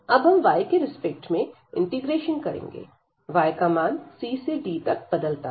अब हम y के रिस्पेक्ट में इंटीग्रेशन करेंगे y का मान c से d तक बदलता है